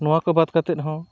ᱱᱚᱣᱟ ᱠᱚ ᱵᱟᱫᱽ ᱠᱟᱛᱮᱫ ᱦᱚᱸ